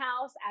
house